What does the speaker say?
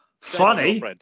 Funny